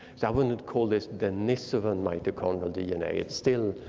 so i wouldn't call this denisovan mitochondrial dna. it's still